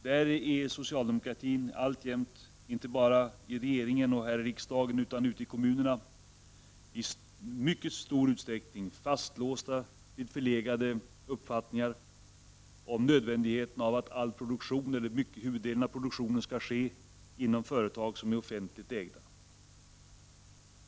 Där är socialdemokraterna alltjämt — inte bara inom regeringen och här i riksdagen, utan även ute i kommunerna — i mycket stor utsträckning fastlåsta vid förlegade uppfattningar om nödvändigheten av att huvuddelen av produktionen skall ske inom offentligt ägda företag.